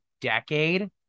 decade